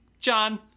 John